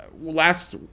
last